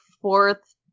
fourth